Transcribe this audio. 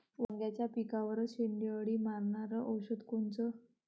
वांग्याच्या पिकावरचं शेंडे अळी मारनारं औषध कोनचं?